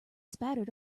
spattered